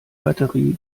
batterie